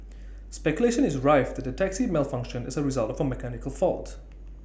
speculation is rife that the taxi malfunctioned as A result of A mechanical fault